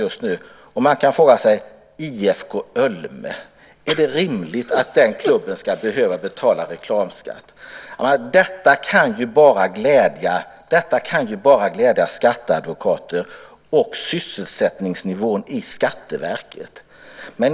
Man kan fråga sig om det är rimligt att klubben IFK Ölme ska behöva betala reklamskatt. Detta kan ju bara glädja skatteadvokater och sysselsättningsnivån i Skatteverket.